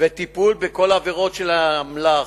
ולטיפול בכל העבירות של האמל"ח,